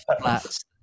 flats